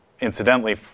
incidentally